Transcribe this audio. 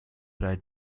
prior